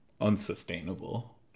unsustainable